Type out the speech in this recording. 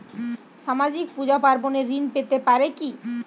সামাজিক পূজা পার্বণে ঋণ পেতে পারে কি?